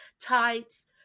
tights